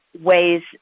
ways